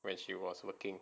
when she was working